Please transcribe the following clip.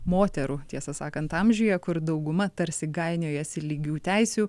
moterų tiesą sakant amžiuje kur dauguma tarsi gainiojasi lygių teisių